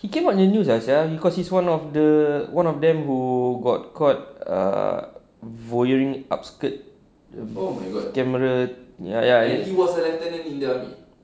he came on the news lah [sial] cause it's one of the one of them who got caught err viewing upskirt the camera ya ya